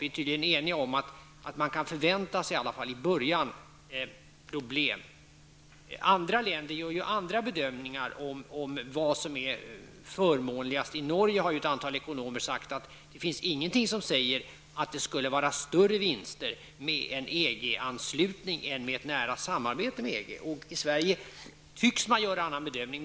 Vi är tydligen eniga om att man kan förvänta sig problem, i alla fall i början. Andra länder gör andra bedömningar av vad som är förmånligt. I Norge har ett antal ekonomer sagt att det inte finns något som säger att man skulle få större vinster med en EG-anslutning än med ett nära samarbete med EG. I Sverige tycks man göra en annan bedömning.